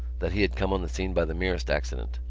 that he had come on the scene by the merest accident.